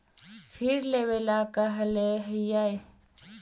फिर लेवेला कहले हियै?